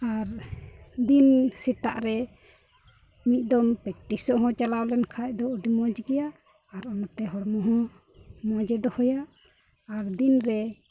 ᱟᱨ ᱫᱤᱱ ᱥᱮᱛᱟᱜ ᱨᱮ ᱢᱤᱫ ᱫᱚᱢ ᱯᱮᱠᱴᱤᱥᱚᱜ ᱪᱟᱞᱟᱣ ᱞᱮᱱᱠᱷᱟᱡ ᱫᱚ ᱟᱹᱰᱤ ᱢᱚᱡᱽ ᱜᱮᱭᱟ ᱟᱨ ᱚᱱᱛᱮ ᱦᱚᱲᱢᱚ ᱦᱚᱸ ᱢᱚᱡᱽ ᱮ ᱫᱚᱦᱚᱭᱟ ᱟᱨ ᱫᱤᱱ ᱨᱮ